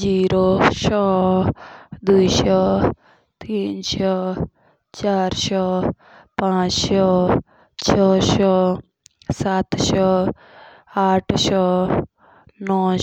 जीरो, सोह, दोसोह, तिनसोह, चार सोह, पच सोह, छेह सोह, सैट सोह, एट सोह, नोआ